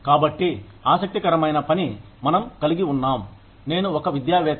కాబట్టి ఆసక్తికరమైన పని మనం కలిగి ఉన్నాం నేను ఒక విద్యావేత్త